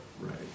Right